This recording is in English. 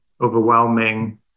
overwhelming